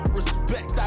respect